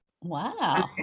Wow